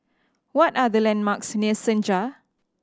what are the landmarks near Senja